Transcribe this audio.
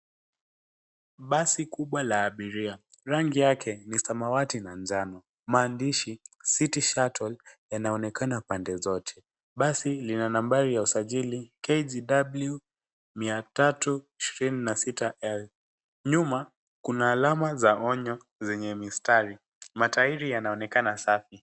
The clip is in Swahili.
Basi kubwa la abiria. Rangi yake ni samawati na njano. Maandishi City Shuttle yanaonekana pande zote. Basi lina nambari ya usajii KGW 326L. Nyuma, kuna alama za onyo zenye mistari. Matairi yanaonekana safi.